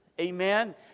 Amen